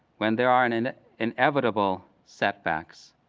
when there are and and inevitable setbacks,